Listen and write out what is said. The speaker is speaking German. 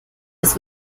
ist